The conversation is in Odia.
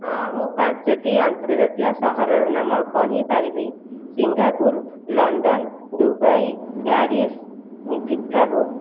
ହଁ ମୁଁ ପାଞ୍ଚୋଟି ଆନ୍ତର୍ଜାତୀୟ ସହରର ନାମ କହିପାରିବି Singapore London Dubai Paris Chicago